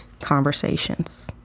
conversations